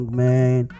man